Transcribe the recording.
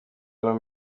alarm